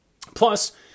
Plus